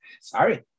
Sorry